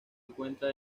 encuentra